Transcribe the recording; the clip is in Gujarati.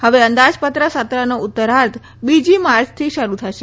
હવે અંદાજપત્ર સત્રનો ઉત્તરાર્ધ બીજી માર્ચથી શરૂ થશે